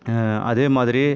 அதே மாதிரி